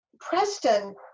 Preston